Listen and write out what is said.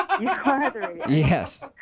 Yes